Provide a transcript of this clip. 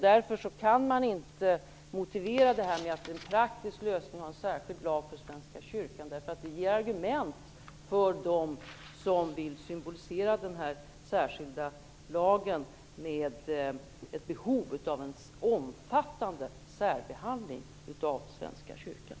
Därför kan man inte motivera detta med att det är en praktisk lösning att ha en särskild lag för Svenska kyrkan, eftersom det ger argument för dem som vill symbolisera den här särskilda lagen med ett behov av en omfattande särbehandling av Svenska kyrkan.